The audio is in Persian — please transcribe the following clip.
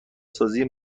سازی